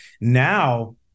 now